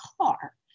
car